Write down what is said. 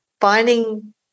finding